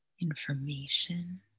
information